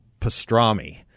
pastrami